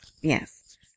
yes